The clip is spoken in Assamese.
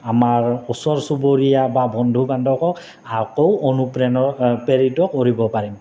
আমাৰ ওচৰ চুবুৰীয়া বা বন্ধু বান্ধৱক আকৌ অনুপ্ৰেৰ প্ৰেৰিত কৰিব পাৰিম